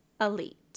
elite